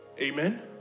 Amen